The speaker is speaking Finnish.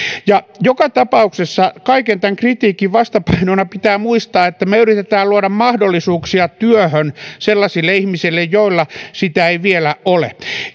ja joka tapauksessa kaiken tämän kritiikin vastapainona pitää muistaa että me yritämme luoda mahdollisuuksia työhön sellaisille ihmisille joilla sitä ei vielä ole